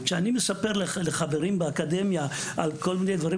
כשאני מספר לחברים באקדמיה על כל מיני דברים